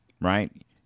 right